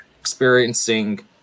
experiencing